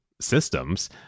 systems